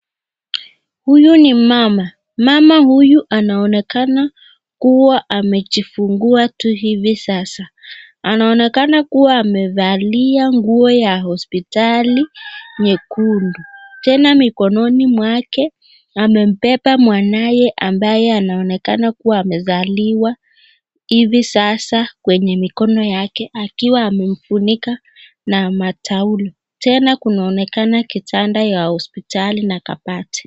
Huyu ni mama, mama huyu anaonekana kuwa amejifungua tu hivi sasa, anaonekana kuwa amevalia nguo ya hospitali nyekundu tena mikononi mwake amempepa mwanaye ambaye anonekana kuwa amesaliwa hivi sasa kwenye mikono akiwa amefunika na matauli tena kunaonekana kitanda ya hospitali na kabati.